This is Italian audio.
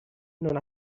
non